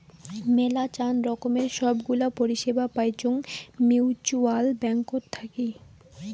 মেলাচান রকমের সব গুলা পরিষেবা পাইচুঙ মিউচ্যুয়াল ব্যাঙ্কত থাকি